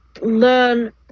learn